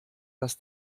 das